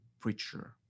preacher